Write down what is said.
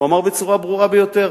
והוא אמר בצורה ברורה ביותר: